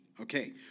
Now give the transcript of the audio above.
Okay